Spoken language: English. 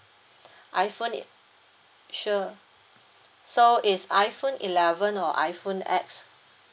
iphone sure so is iphone eleven or iphone X